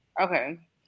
Okay